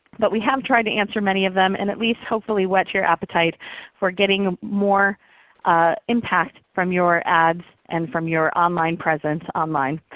but we have tried to answer many of them and at least hopefully, wet your appetite for getting more impact from your ads and from your online presence online.